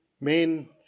men